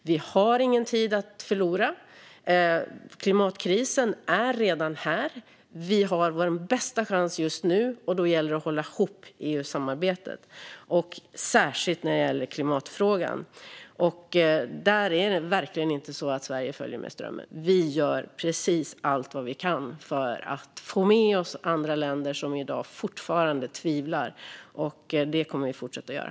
Vi har ingen tid att förlora; klimatkrisen är redan här. Vi har vår bästa chans just nu. Då gäller det att hålla ihop EU-samarbetet, särskilt när det gäller klimatfrågan. Där är det verkligen inte så att Sverige följer med strömmen, utan vi gör precis allt vi kan för att få med oss andra länder som i dag fortfarande tvivlar. Det kommer vi att fortsätta göra.